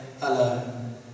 alone